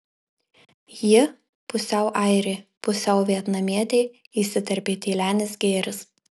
ji pusiau airė pusiau vietnamietė įsiterpė tylenis gėris